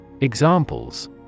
Examples